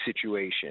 situation